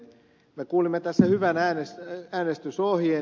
me kuulimme tässä hyvän äänestysohjeen ed